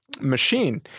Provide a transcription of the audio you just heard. machine